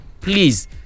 please